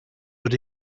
but